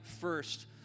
first